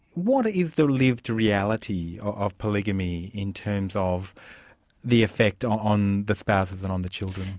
what ah is the lived reality of polygamy in terms of the effect on the spouses and on the children?